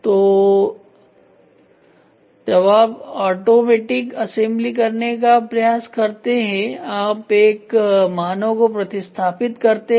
तो जवाब automatic assembly करने का प्रयास करते हैं आप एक मानव को प्रतिस्थापित करते हैं